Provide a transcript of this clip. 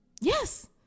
Yes